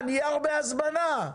נייר בהזמנה.